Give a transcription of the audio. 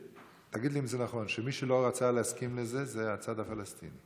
תגיד לי אם זה נכון שמי שלא רצה להסכים לזה זה הצד הפלסטיני.